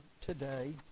today